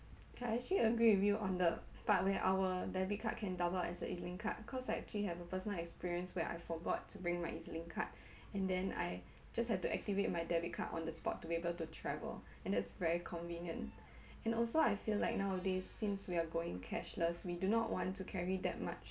I actually agree with you on the part where our debit card can double up as a EZ link card cause I actually have a personal experience where I forgot to bring my EZ link card and then I just have to activate my debit card on the spot to able to travel and that's very convenient and also I feel like nowadays since we are going cashless we do not want to carry that much